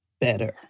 better